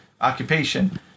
occupation